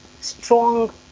strong